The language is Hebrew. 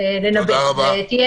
לנבא, כמובן.